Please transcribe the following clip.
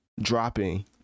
dropping